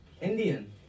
Indian